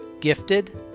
gifted